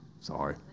Sorry